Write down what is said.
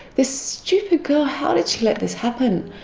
this stupid girl, how did she let this happen?